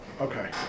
Okay